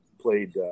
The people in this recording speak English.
played